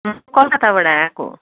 म कलकत्ताबाट आएको